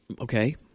Okay